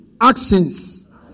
actions